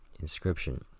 inscription